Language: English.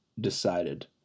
decided